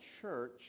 church